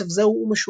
אוסף זה הוא משולש.